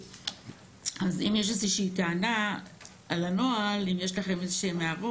אז אם יש איזושהי טענה על הנוהל או הערות